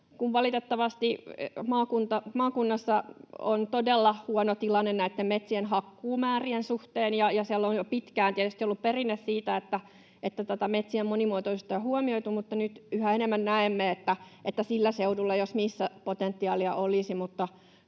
valitettavasti maakunnassa on todella huono tilanne näitten metsien hakkuumäärien suhteen, ja siellä on jo pitkään tietysti ollut perinne siitä, että metsien monimuotoisuutta ei ole huomioitu, mutta nyt yhä enemmän näemme, että sillä seudulla jos missä potentiaalia olisi.